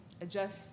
adjust